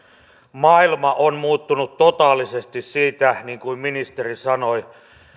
maailma on muuttunut totaalisesti siitä niin kuin ministeri sanoi